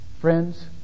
Friends